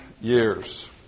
years